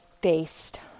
based